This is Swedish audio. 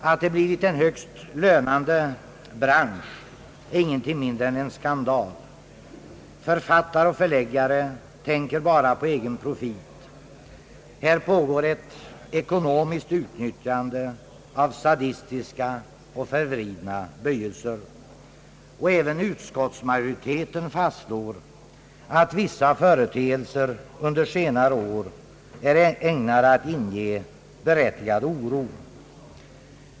Att det blivit en högst lönande bransch är ingenting mindre än en skandal. Författare och förläggare tänker bara på egen profit. Här pågår ett ekonomiskt utnyttjande av sadistiska och förvridna böjelser. Även utskottsmajoriteten fastslår att vissa företeelser under senare år är ägnade att inge berättigad oro.